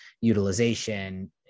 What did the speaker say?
utilization